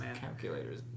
calculators